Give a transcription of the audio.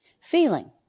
Feeling